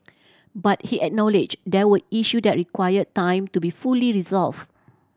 but he acknowledge there were issue that require time to be fully resolve